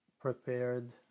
prepared